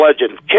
legend